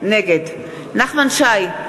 נגד נחמן שי,